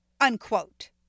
Unquote